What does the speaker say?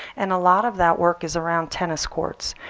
and a lot of that work is around tennis courts.